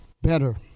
Better